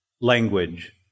language